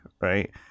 right